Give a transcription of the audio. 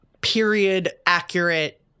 period-accurate